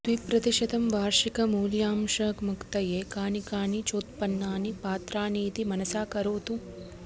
द्विप्रतिशतं वार्षिकमूल्यांशमुक्तये कानि कानि चोत्पन्नानि पात्राणीति मनसा करोतु